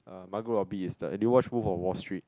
uh Margot-Robbie is the eh did you watch Wolf of Wall Street